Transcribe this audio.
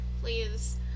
please